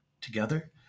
Together